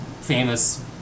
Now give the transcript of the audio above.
famous